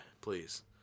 please